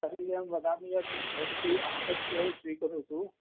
तर्हि अहं वदामि भवति आगत्य स्वीकरोतु